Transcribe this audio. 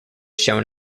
shown